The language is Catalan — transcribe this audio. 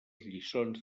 lliçons